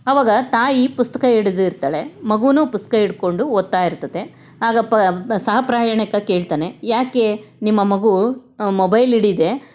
ಅವಾಗ ತಾಯಿ ಪುಸ್ತಕ ಹಿಡಿದಿರ್ತಾಳೆ ಮಗೂನು ಪುಸ್ತಕ ಹಿಡ್ಕೊಂಡು ಓದುತ್ತಾ ಇರ್ತದೆ ಆಗ ಪ ಸಹ ಪ್ರಯಾಣಿಕ ಕೇಳುತ್ತಾನೆ ಯಾಕೆ ನಿಮ್ಮ ಮಗು ಮೊಬೈಲ್ ಹಿಡಿದೇ